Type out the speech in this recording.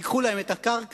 ייקחו להם את הקרקע,